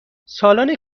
سالن